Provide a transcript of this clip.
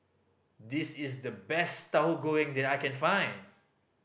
this is the best Tahu Goreng that I can find